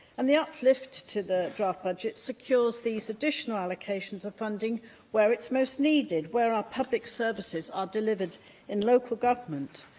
and the uplift to the draft budget secures these additional allocations of funding where they're most needed, where our public services are delivered in local government,